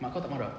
mak kau tak marah